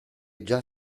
già